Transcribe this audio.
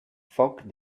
foc